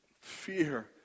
fear